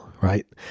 Right